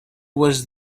was